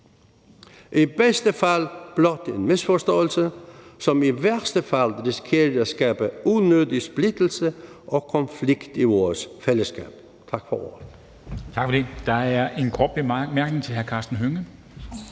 I bedste fald er det blot en misforståelse, som i værste fald risikerer at skabe unødig splittelse og konflikt i vores fællesskab.